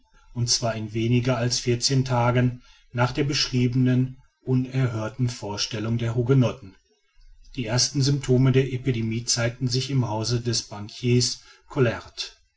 und zwar in weniger als vierzehn tagen nach der beschriebenen unerhörten vorstellung der hugenotten die ersten symptome der epidemie zeigten sich im hause des banquiers collaert